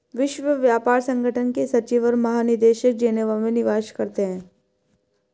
विश्व व्यापार संगठन के सचिव और महानिदेशक जेनेवा में निवास करते हैं